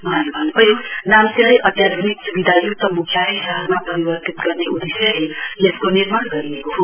वहाँले भन्न् भयो नाम्चीलाई अत्याध्निक स्विधाय्क्त म्ख्यालय शहरमा परिवर्तित गर्ने उद्देश्यले यसको निर्माण गरिएको हो